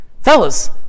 Fellas